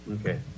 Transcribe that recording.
Okay